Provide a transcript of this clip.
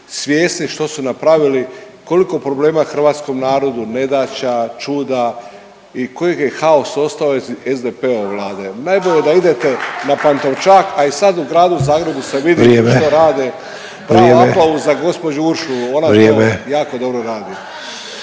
svjesni što su napravili, koliko problema hrvatskom narodu, nedaća, čuda i koji je haos ostao iz SDP-ove vlade. Najbolje da idete na Pantovčak, a i sad u gradu Zagrebu se vidi …/Upadica Sanader: Vrijeme./… šta rade. Bravo …/Upadica Sanader: Vrijeme./… aplauz za